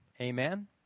Amen